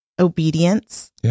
obedience